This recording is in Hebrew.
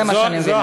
זה מה שאני מבינה.